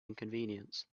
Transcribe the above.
inconvenience